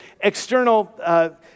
external